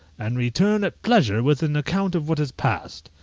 and return at pleasure with an account of what has passed.